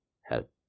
Help